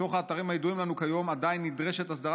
מתוך האתרים הידועים לנו כיום עדיין נדרשת הסדרת